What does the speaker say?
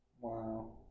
wow